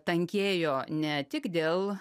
tankėjo ne tik dėl